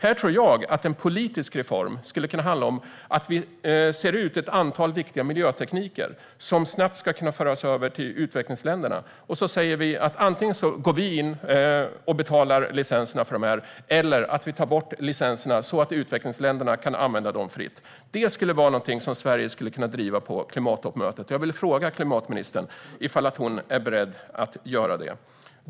Här tror jag att en politisk reform skulle kunna handla om att vi ser ut ett antal viktiga miljötekniker som snabbt ska kunna föras över till utvecklingsländerna och sedan antingen går in och betalar licenserna för dem eller tar bort licenserna så att utvecklingsländerna kan använda dem fritt. Det är någonting som Sverige skulle kunna driva på klimattoppmötet. Jag vill fråga klimatministern ifall hon är beredd att göra det.